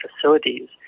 facilities